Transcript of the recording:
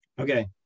Okay